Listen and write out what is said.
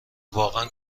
واقعا